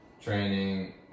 training